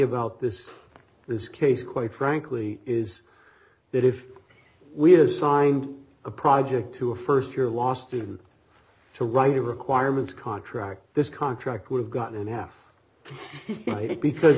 about this this case quite frankly is that if we assigned a project to a st year law student to write a requirement contract this contract would have gotten half be